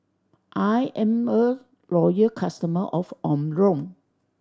I am a loyal customer of Omron